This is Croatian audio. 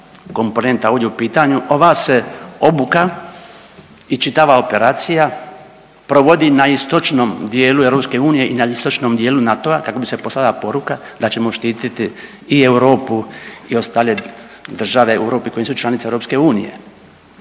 komponenta ovdje u pitanju, ova se obuka i čitava operacija provodi na istočnom dijelu EU i na istočnom dijelu NATO-a kako bi se poslala poruka da ćemo štititi i Europu i ostale države Europe koje su članice EU.